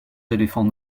éléphants